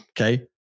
Okay